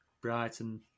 Brighton